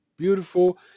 Beautiful